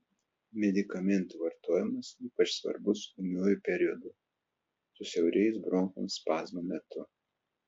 medikamentų vartojimas ypač svarbus ūmiuoju periodu susiaurėjus bronchams spazmo metu